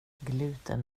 gluten